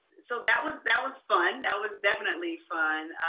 so that was that was fun. that was definitely fun.